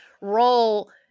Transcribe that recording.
role